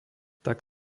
tak